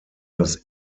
das